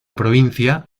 provincia